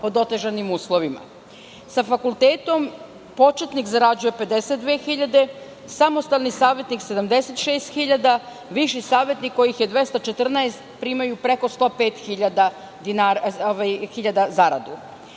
pod otežanim uslovima. Sa fakultetom početnik zarađuje 52 hiljade, samostalni savetnik 76 hiljada, viši savetnik kojih je 214, primaju preko 105 hiljada dinara